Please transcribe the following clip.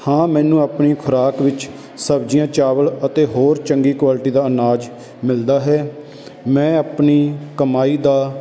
ਹਾਂ ਮੈਨੂੰ ਆਪਣੀ ਖੁਰਾਕ ਵਿੱਚ ਸਬਜ਼ੀਆਂ ਚਾਵਲ ਅਤੇ ਹੋਰ ਚੰਗੀ ਕੁਆਲਟੀ ਦਾ ਅਨਾਜ ਮਿਲਦਾ ਹੈ ਮੈਂ ਆਪਣੀ ਕਮਾਈ ਦਾ